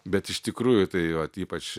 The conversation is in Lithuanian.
bet iš tikrųjų tai vat ypač